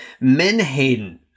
Menhaden